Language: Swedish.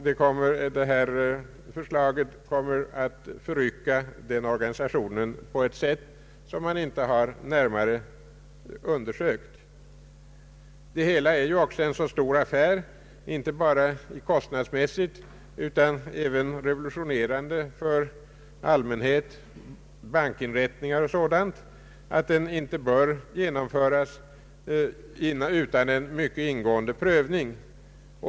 Detta förslag kommer att förrycka den organisationen på ett sätt som man inte närmare har undersökt. Det är ju också en så stor affär, inte bara kostnadsmässigt — den är även revolutionerande för allmänhet, bankinrättningar m. m, — att den inte bör genomföras utan en mycket ingående prövning.